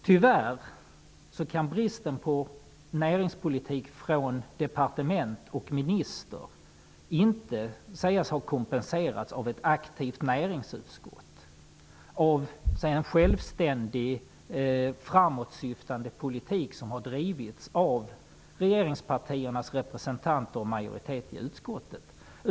Tyvärr kan bristen på näringspolitik från departementet och ministern inte sägas ha kompenserats av ett aktivt näringsutskott, av en självständig, framåtsyftande politik som har drivits av regeringspartiernas representanter och majoriteten i utskottet.